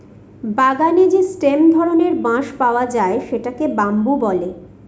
বাগানে যে স্টেম ধরনের বাঁশ পাওয়া যায় সেটাকে বাম্বু বলে